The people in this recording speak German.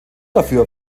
dafür